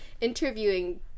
interviewing